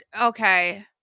okay